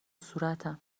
صورتم